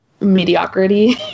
mediocrity